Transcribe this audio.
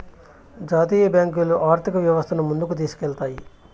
జాతీయ బ్యాంకులు ఆర్థిక వ్యవస్థను ముందుకు తీసుకెళ్తాయి